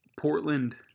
Portland